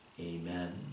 Amen